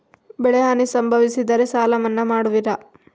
ಬೆಳೆಹಾನಿ ಸಂಭವಿಸಿದರೆ ಸಾಲ ಮನ್ನಾ ಮಾಡುವಿರ?